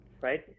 right